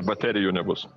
baterijų nebus